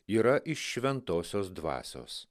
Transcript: yra iš šventosios dvasios